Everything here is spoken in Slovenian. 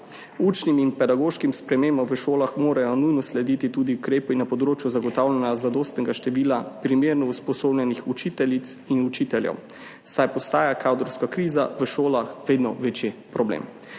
Učnim in pedagoškim spremembam v šolah morajo nujno slediti tudi ukrepi na področju zagotavljanja zadostnega števila primerno usposobljenih učiteljic in učiteljev, saj postaja kadrovska kriza v šolah vedno večji problem.